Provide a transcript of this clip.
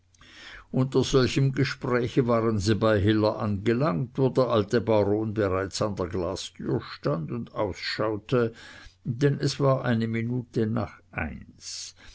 unter solchem gespräche waren sie bei hiller angelangt wo der alte baron bereits an der glastür stand und ausschaute denn es war eine minute nach eins